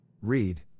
Read